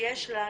יש לנו